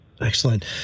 excellent